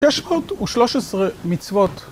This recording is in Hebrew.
יש עוד 13 מצוות